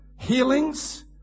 healings